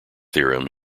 theorem